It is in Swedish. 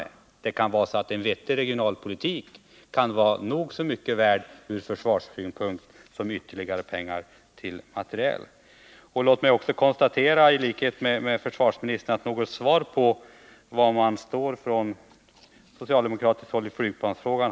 En vettig regionalpolitik kan vara nog så mycket värd ur försvarssynpunkt som ytterligare pengar till materiel. Låt mig också i likhet med försvarsministern konstatera att vi inte har fått något besked från socialdemokraterna om var de står i flygplansfrågan.